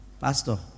Pastor